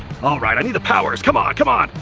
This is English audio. all right, i need the powers, c'mon, c'mon!